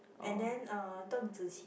and the uh Deng-Zi-Qi